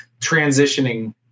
transitioning